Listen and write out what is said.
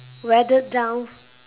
weathered down